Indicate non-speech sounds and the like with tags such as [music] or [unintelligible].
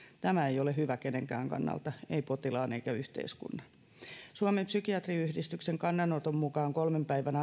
tämä ei ole hyvä kenenkään kannalta ei potilaan eikä yhteiskunnan suomen psykiatriyhdistyksen kannanoton mukaan kolmen päivän [unintelligible]